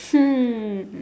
hmm